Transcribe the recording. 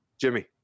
Jimmy